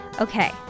Okay